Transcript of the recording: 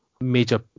major